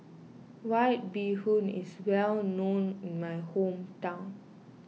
White Bee Hoon is well known in my hometown